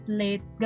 late